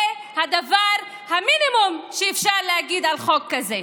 זה המינימום שאפשר להגיד על חוק כזה.